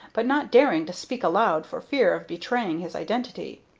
but not daring to speak aloud for fear of betraying his identity.